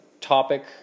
topic